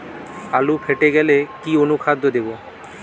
আলু ফেটে গেলে কি অনুখাদ্য দেবো?